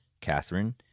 Catherine